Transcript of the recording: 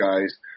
guys